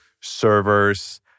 servers